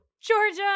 georgia